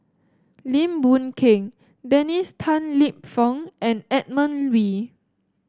Lim Boon Keng Dennis Tan Lip Fong and Edmund Wee